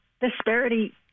disparity